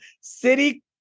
City